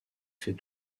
fait